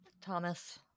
Thomas